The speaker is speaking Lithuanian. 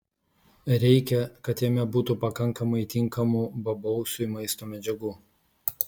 reikia kad jame būtų pakankamai tinkamų bobausiui maisto medžiagų